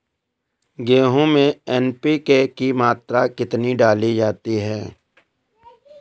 गेहूँ में एन.पी.के की मात्रा कितनी डाली जाती है?